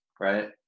right